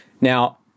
now